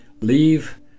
leave